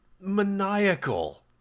maniacal